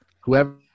whoever